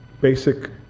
Basic